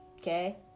Okay